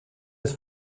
les